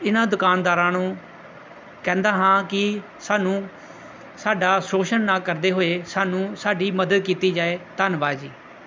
ਇਹਨਾਂ ਦੁਕਾਨਦਾਰਾਂ ਨੂੰ ਕਹਿੰਦਾ ਹਾਂ ਕਿ ਸਾਨੂੰ ਸਾਡਾ ਸ਼ੋਸ਼ਣ ਨਾ ਕਰਦੇ ਹੋਏ ਸਾਨੂੰ ਸਾਡੀ ਮਦਦ ਕੀਤੀ ਜਾਵੇ ਧੰਨਵਾਦ ਜੀ